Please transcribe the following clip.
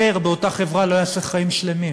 אחר באותה חברה לא יעשה חיים שלמים.